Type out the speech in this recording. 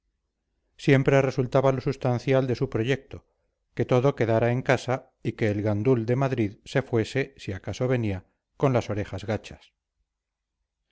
siempre resultaba lo substancial de su proyecto que todo quedara en casa y que el gandul de madrid se fuese si acaso venía con las orejas gachas